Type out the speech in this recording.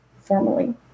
formally